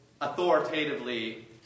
authoritatively